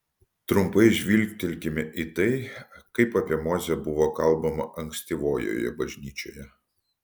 trumpai žvilgtelkime į tai kaip apie mozę buvo kalbama ankstyvojoje bažnyčioje